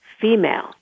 female